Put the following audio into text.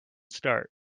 start